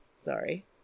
Sorry